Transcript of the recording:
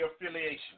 affiliation